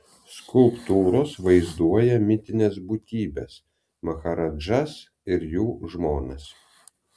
skulptūros vaizduoja mitines būtybes maharadžas ir jų žmonas